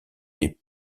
des